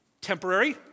temporary